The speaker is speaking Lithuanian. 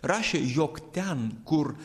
rašė jog ten kur